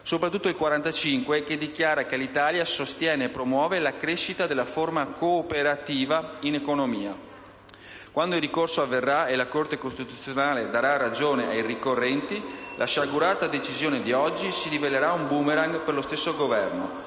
soprattutto il 45, che dichiara che l'Italia sostiene e promuove la crescita della forma cooperativa in economia. Quando il ricorso avverrà e la Corte costituzionale darà ragione ai ricorrenti, la sciagurata decisione di oggi si rivelerà un *boomerang* per lo stesso Governo,